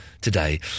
today